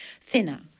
thinner